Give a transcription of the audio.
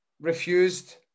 refused